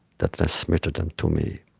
that transmitted them to me.